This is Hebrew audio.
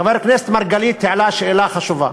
חבר הכנסת מרגלית העלה שאלה חשובה,